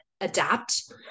adapt